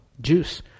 juice